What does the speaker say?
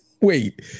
Wait